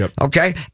Okay